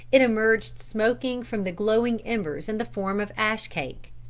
it emerged smoking from the glowing embers in the form of ash cake.